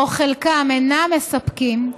או חלקם, אינם מספקים,